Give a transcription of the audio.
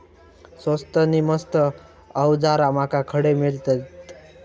स्वस्त नी मस्त अवजारा माका खडे मिळतीत?